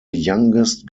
youngest